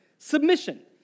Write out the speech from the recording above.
Submission